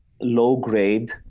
low-grade